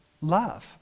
love